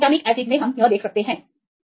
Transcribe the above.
तो glutamic acid आप इसे यहाँ देख सकते हैं